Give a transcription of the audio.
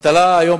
האבטלה היום,